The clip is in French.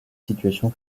situation